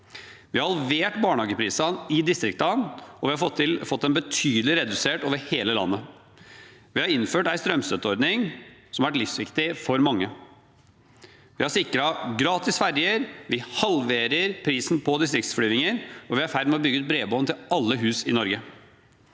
Vi har halvert barnehageprisene i distriktene, og vi har fått dem betydelig redusert over hele landet. Vi har innført en strømstøtteordning som har vært livsviktig for mange. Vi har sikret gratis ferjer, vi halverer prisen på distriktsflyvninger, og vi er i ferd med å bygge ut bredbånd til alle hus i Norge.